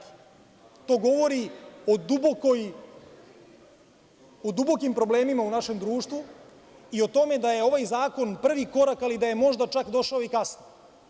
To govori o dubokim problemima u našem društvu i o tome da je ovaj zakon prvi korak, ali da je možda čak došao i kasno.